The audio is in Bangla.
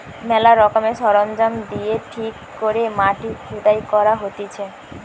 ম্যালা রকমের সরঞ্জাম দিয়ে ঠিক করে মাটি খুদাই করা হতিছে